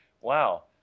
wow